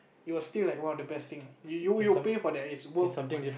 it was still like one of the best thing you you will pay for that it's worth the money